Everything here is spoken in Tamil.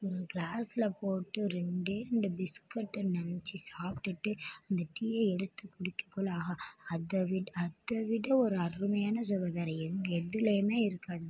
ஒரு கிளாஸ்சில் போட்டு ரெண்டே ரெண்டு பிஸ்கட்டை நினைச்சி சாப்டுபிட்டு அந்த டீயை எடுத்து குடிக்க குள்ளே ஆஹா அதை விட அதை விட ஒரு அருமையான சுகம் வேறு எங்கே எதிலயும் இருக்காதுங்க